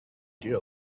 deal